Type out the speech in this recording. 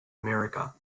america